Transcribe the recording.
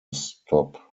stop